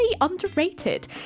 underrated